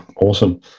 awesome